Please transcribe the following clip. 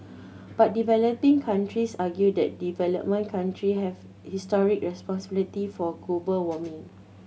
but developing countries argue that developed country have historic responsibility for global warming